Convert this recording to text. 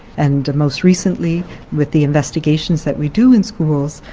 and most recently with the investigations that we do in schools,